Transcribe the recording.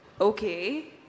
okay